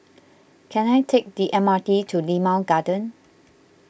can I take the M R T to Limau Garden